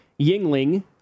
Yingling